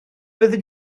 fyddi